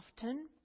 often